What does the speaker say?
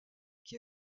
qui